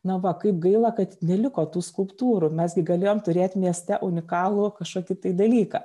na va kaip gaila kad neliko tų skulptūrų mes gi galėjom turėt mieste unikalų kažkokį dalyką